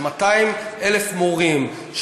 של 200,000 מורים,